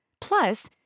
Plus